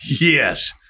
Yes